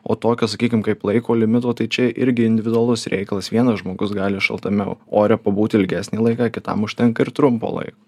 o tokio sakykim kaip laiko limito tai čia irgi individualus reikalas vienas žmogus gali šaltame ore pabūt ilgesnį laiką kitam užtenka ir trumpo laiko